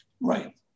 Right